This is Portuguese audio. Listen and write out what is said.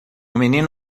menino